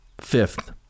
Fifth